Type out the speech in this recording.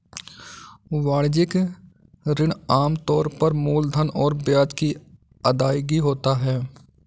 वाणिज्यिक ऋण आम तौर पर मूलधन और ब्याज की अदायगी होता है